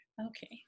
okay